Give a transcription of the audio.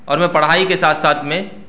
اور میں پڑھائی کے ساتھ ساتھ میں